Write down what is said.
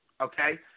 okay